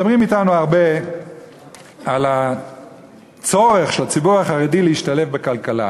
מדברים אתנו הרבה על הצורך של הציבור החרדי להשתלב בכלכלה.